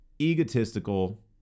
egotistical